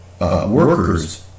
workers